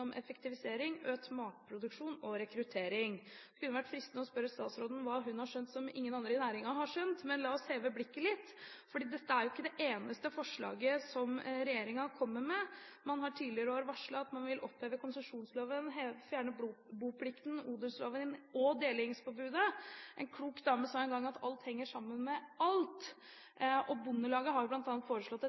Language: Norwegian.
om effektivisering, økt matproduksjon og rekruttering. Det kunne vært fristende å spørre statsråden om hva hun har skjønt som ingen andre i næringen har skjønt. Men la oss heve blikket litt, for dette er ikke det eneste forslaget som regjeringen kommer med. Man har tidligere i år varslet at man vil oppheve konsesjonsloven, fjerne boplikten, odelsloven og delingsforbudet. En klok dame sa en gang at alt henger sammen med alt. Bondelaget har bl.a. foreslått et